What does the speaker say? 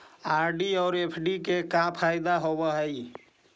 RD और FD के का फायदा होव हई?